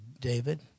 David